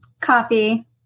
coffee